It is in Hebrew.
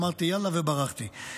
אמרתי: יאללה, וברחתי.